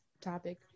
topic